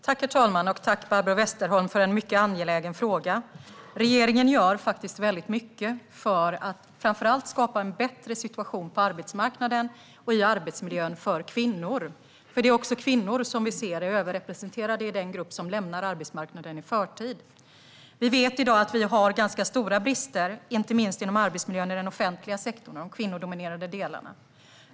Herr talman! Tack, Barbro Westerholm, för en mycket angelägen fråga! Regeringen gör väldigt mycket för att framför allt skapa en bättre situation på arbetsmarknaden och i arbetsmiljön för kvinnor. Det är kvinnor som vi ser är överrepresenterade i den grupp som lämnar arbetsmarknaden i förtid. Vi vet att vi i dag har ganska stora brister inte minst inom arbetsmiljön i den offentliga sektorn och i de kvinnodominerade delarna.